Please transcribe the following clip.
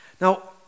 Now